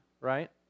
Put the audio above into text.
right